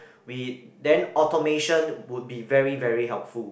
we then automation would be very very helpful